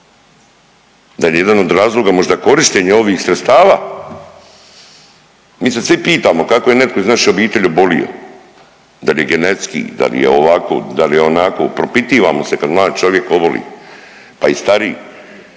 Da li je jedan od razloga možda korištenje ovih sredstava? Mi se svi pitamo kako je netko iz naše obitelji obolio, da li je genetski, da li je ovako, da li je onako, propitivamo se kad mlad čovjek oboli, pa i stariji.